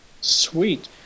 Sweet